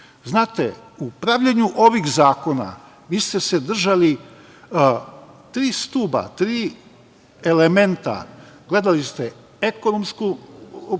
Znate, u pravljenju ovih zakona vi ste se držali tri stuba, tri elementa. Gledali ste ekonomsku korist,